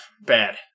Bad